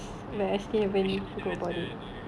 ya actually that [one] sia the